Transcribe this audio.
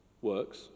works